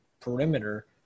perimeter